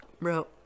Bro